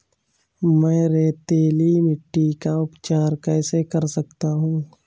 मैं रेतीली मिट्टी का उपचार कैसे कर सकता हूँ?